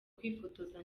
kwifotoza